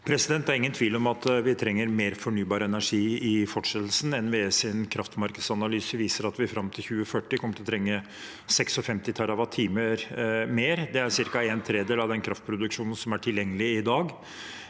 Det er ingen tvil om at vi trenger mer fornybar energi i fortsettelsen. NVEs kraftmarkedsanalyse viser at vi fram til 2040 kommer til å trenge 56 TWh mer. Det er ca. en tredjedel av den kraftproduksjonen som er tilgjengelig i dag.